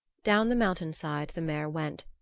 down the mountainside the mare went,